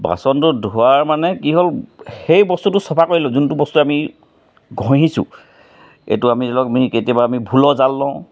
বাচনটো ধোৱাৰ মানে কি হ'ল সেই বস্তু চাফা কৰিলোঁ যোনটো বস্তু আমি ঘঁহিছো এইটো আমি ধৰি লওক কেতিয়াবা আমি ভোলৰ জাল লওঁ